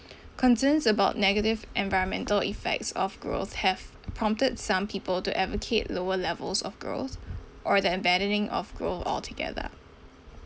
concerns about negative environmental effects of growth have prompted some people to advocate lower levels of growth or the abandoning of growth altogether